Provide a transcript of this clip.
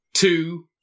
Two